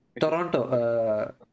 Toronto